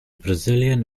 brazilian